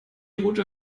route